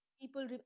people